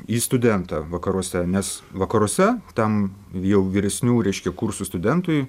į studentą vakaruose nes vakaruose tam jau geresnių reiškia kursų studentui